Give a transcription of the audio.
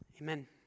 Amen